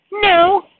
No